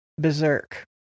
berserk